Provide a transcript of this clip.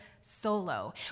solo